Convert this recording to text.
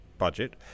budget